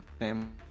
name